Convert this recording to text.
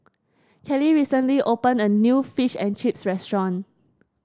Kelly recently opened a new Fish and Chips restaurant